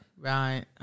right